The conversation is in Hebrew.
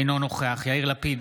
אינו נוכח יאיר לפיד,